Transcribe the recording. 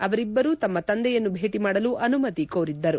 ಅವರಿಬ್ಬರು ತಮ್ಮ ತಂದೆಯನ್ನು ಭೇಟಿ ಮಾಡಲು ಅನುಮತಿ ಕೋರಿದ್ದರು